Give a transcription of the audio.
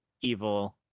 evil